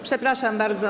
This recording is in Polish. Przepraszam bardzo.